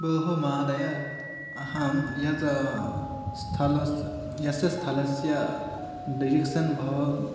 भोः महोदय अहं यत् स्थलस्य यस्य स्थलस्य डिरिक्सन् भव